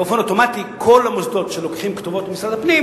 באופן אוטומטי כל המוסדות שלוקחים כתובות ממשרד הפנים